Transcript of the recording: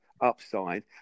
upside